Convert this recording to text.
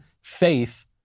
faith